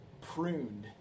pruned